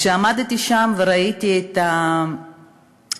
כשעמדתי שם וראיתי את התמונות,